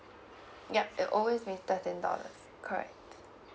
yup it always been thirteen dollars correct